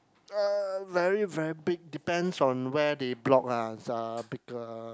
uh very very big depends on where they block ah bigger